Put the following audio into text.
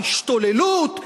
השתוללות,